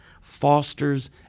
fosters